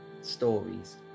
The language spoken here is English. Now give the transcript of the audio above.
stories